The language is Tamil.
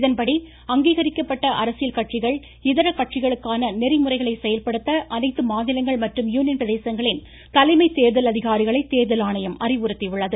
இதன்படி அங்கீகரிக்கப்பட்ட அரசியல் கட்சிகள் இதர கட்சிகளுக்கான நெறிமுறைகளை செயல்படுத்த அனைத்து மாநிலங்கள் மற்றும் யூனியன் பிரதேசங்களின் தலைமை தேர்தல் அதிகாரிகளை தேர்தல் ஆணையம் அறிவுறுத்தியுள்ளது